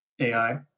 AI